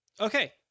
okay